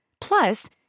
Plus